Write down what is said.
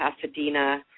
Pasadena